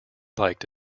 liked